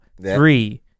three